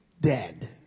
dead